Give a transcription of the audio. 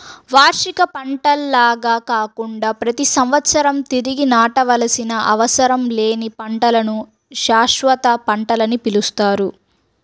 వార్షిక పంటల్లాగా కాకుండా ప్రతి సంవత్సరం తిరిగి నాటవలసిన అవసరం లేని పంటలను శాశ్వత పంటలని పిలుస్తారు